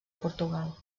portugal